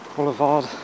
Boulevard